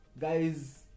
guys